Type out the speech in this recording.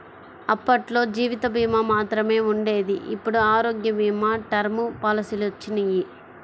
అప్పట్లో జీవిత భీమా మాత్రమే ఉండేది ఇప్పుడు ఆరోగ్య భీమా, టర్మ్ పాలసీలొచ్చినియ్యి